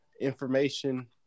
Information